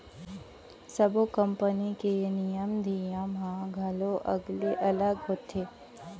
सब्बो कंपनी के ए बीमा नियम धियम ह घलौ अलगे अलग होथे